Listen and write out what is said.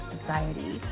Society